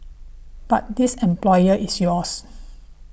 but this employer is yours